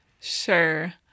Sure